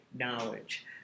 knowledge